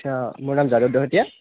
অঁ মোৰ নাম যাদৱ দহোটীয়া